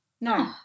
no